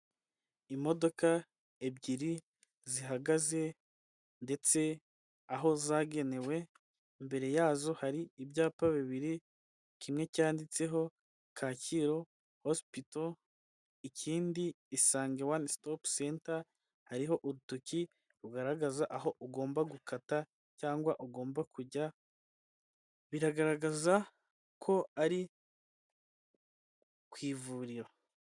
Imodoka ebyiri zihagaze ndetse aho zagenewe, imbere yazo hari ibyapa bibiri, kimwe cyanditseho Kacyiru hosipito, ikindi isange wani sitopu senta, hariho urutoki rugaragaza aho ugomba gukata cyangwa ugomba kujya, biragaragaza ko ari ku ivuriro.